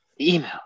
Email